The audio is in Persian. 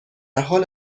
حال